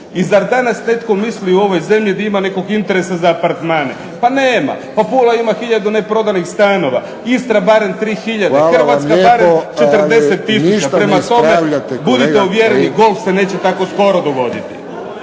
I zar danas netko misli u ovoj zemlji gdje ima nekog interesa za apartmane? Pa nema. Pa pola ima hiljadu neprodanih stanova. Istra barem 3 hiljade, Hrvatska barem 40 tisuća. Prema tome, budite uvjereni golf se neće tako skoro dogoditi.